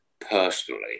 personally